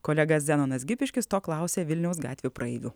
kolega zenonas gipiškis to klausė vilniaus gatvių praeivių